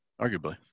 arguably